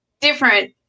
different